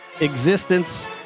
Existence